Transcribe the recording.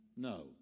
No